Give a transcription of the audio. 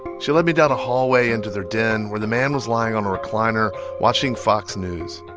she led me down a hallway into their den, where the man was lying on a recliner watching fox news.